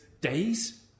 days